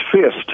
fist